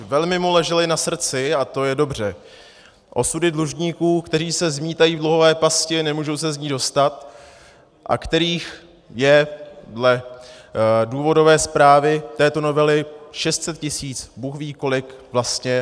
Velmi mu ležely na srdci, a to je dobře, osudy dlužníků, kteří se zmítají v dluhové pasti a nemůžou se z ní dostat a kterých je dle důvodové zprávy této novely 600 tisíc, bůh ví kolik vlastně.